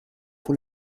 pour